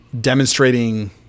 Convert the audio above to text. demonstrating